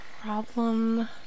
problem